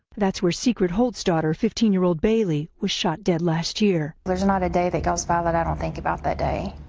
that's where secret holt's daughter, fifteen year old bailey was shot dead last year. there is not a day that goes by that i don't think about that day.